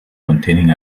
containing